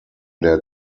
der